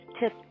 tips